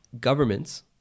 governments